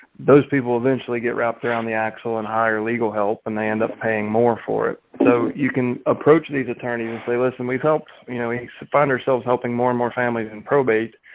those people eventually get wrapped around the axle and hire legal help and they end up paying more for it. so you can approach these attorneys and say listen, we've helped you know, he said find ourselves helping more and more families and probate.